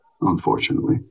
unfortunately